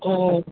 ஓ